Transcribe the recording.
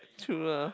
true lah